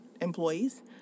employees